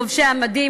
לובשי המדים,